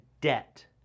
debt